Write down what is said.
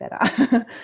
better